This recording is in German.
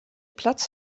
platz